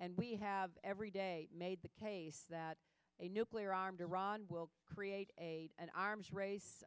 and we have every day made the case that a nuclear armed iran will create an arms race